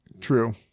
True